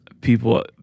people